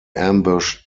ambushed